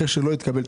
אחרי שזה לא התקבל.